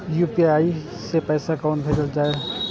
UPI सै पैसा कोना भैजल जाय?